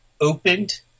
opened